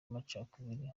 amacakubiri